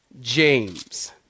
James